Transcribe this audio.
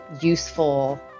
useful